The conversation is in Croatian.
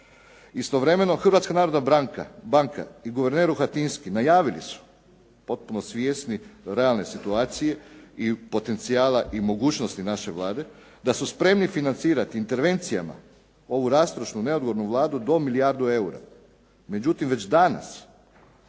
Istovremeno, Hrvatska narodna banka i guverner Rohatinski najavili su potpuno svjesni realne situacije i potencijala i mogućnosti naše Vlade, da su spremni financirati intervencijama ovu rastrošnu, neodgovornu Vladu do milijardu eura.